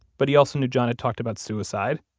but he also knew john had talked about suicide.